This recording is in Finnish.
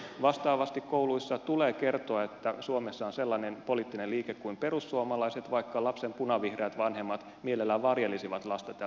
vastaavasti kouluissa tulee kertoa että suomessa on sellainen poliittinen liike kuin perussuomalaiset vaikka lapsen punavihreät vanhemmat mielellään varjelisivat lasta tältä tiedolta